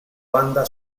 banda